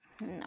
No